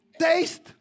taste